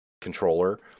controller